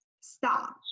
stop